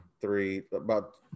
three—about